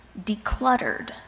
decluttered